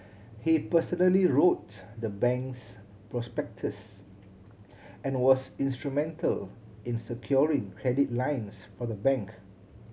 he personally wrote the bank's prospectus and was instrumental in securing credit lines for the bank